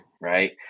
right